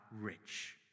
rich